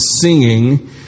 singing